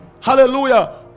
hallelujah